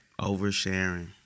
Oversharing